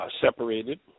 separated